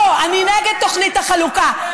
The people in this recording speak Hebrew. לא, אני נגד תוכנית החלוקה.